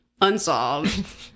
unsolved